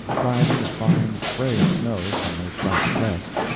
driving a fine spray of snow from their sharp crests,